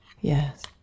Yes